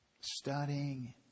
studying